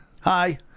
Hi